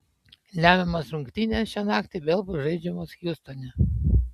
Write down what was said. lemiamos rungtynės šią naktį vėl bus žaidžiamos hjustone